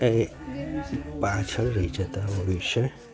એ પાછળ રહી જતાં હોય છે